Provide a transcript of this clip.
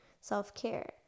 self-care